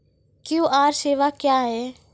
QR सेवा क्या हैं?